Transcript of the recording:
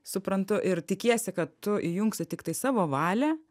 suprantu ir tikiesi kad tu įjungsi tiktai savo valią